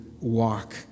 walk